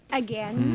again